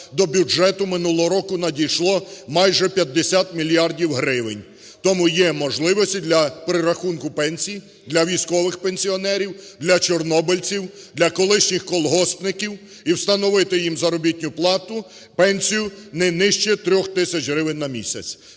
до бюджету минулого року надійшло майже п'ятдесят мільярдів гривень. Тому є можливості для перерахунку пенсій, для військових пенсіонерів, для чорнобильців, для колишніх колгоспників, і встановити їм заробітну плату, пенсію не нижче трьох тисяч гривень на місяць.